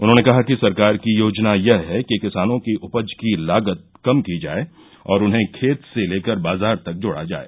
उन्होंने कहा कि सरकार की योजना यह है कि किसानो की उपज की लागत कम की जाय और उन्हें खेत से लेकर बाजार तक जोड़ा जाय